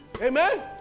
Amen